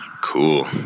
Cool